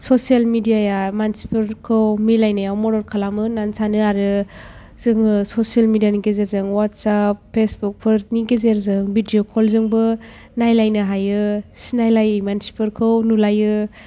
social media आ मानसिफोरखौ मिलायनायाव मदद खालामो होननानै सानो आरो जोङो ससियेल मिडिया नि गेजेरजों व्हाट्साप फेसबुक फोरनि गेजेरजों भिडिय' कल जोंबो नायलायनो हायो सिनायलायै मानसिफोरखौ नुलायो